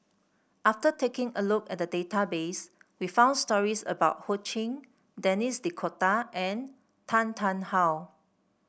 after taking a look at the database we found stories about Ho Ching Denis D'Cotta and Tan Tarn How